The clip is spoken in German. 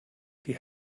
die